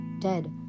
dead